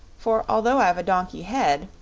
for although i've a donkey head,